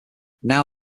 now